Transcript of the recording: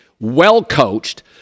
well-coached